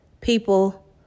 people